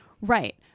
Right